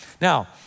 Now